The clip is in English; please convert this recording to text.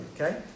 Okay